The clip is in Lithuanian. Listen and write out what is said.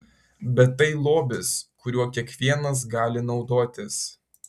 bet tai lobis kuriuo kiekvienas gali naudotis